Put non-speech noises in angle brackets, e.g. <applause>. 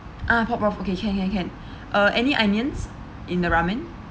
ah pork broth okay can can can <breath> uh any onions in the ramen